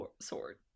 Sword